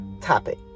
topic